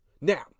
Now